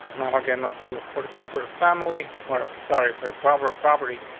now again, let me look for the proper family. what? i'm sorry for a problem of property.